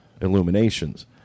Illuminations